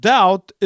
Doubt